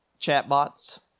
chatbots